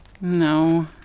No